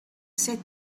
set